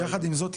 יחד עם זאת,